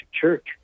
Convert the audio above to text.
church